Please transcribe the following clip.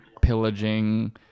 pillaging